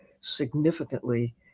significantly